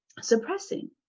suppressing